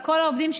אז